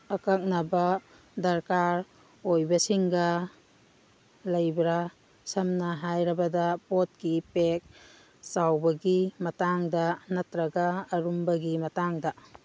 ꯑꯀꯛꯅꯕ ꯗꯔꯀꯥꯔ ꯑꯣꯏꯕꯁꯤꯡꯒ ꯂꯩꯕ꯭ꯔ ꯁꯝꯅ ꯍꯥꯏꯔꯕꯗ ꯄꯣꯠꯀꯤ ꯄꯦꯛ ꯆꯥꯎꯕꯒꯤ ꯃꯇꯥꯡꯗ ꯅꯠꯇ꯭ꯔꯒ ꯑꯔꯨꯝꯕꯒꯤ ꯃꯇꯥꯡꯗ